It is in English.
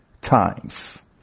times